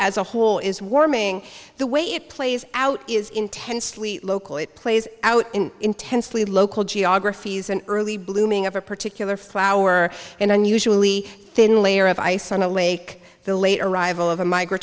as a whole is warming the way it plays out is intensely local it plays out in intensely local geographies an early blooming of a particular flower an unusually thin layer of ice on a lake the late arrival of a mi